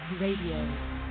Radio